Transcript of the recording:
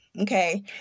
Okay